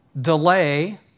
delay